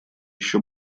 еще